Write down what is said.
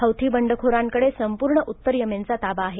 Houthi बंडखोरांकडे संपूर्ण उत्तर येमेनचा ताबा आहे